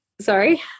sorry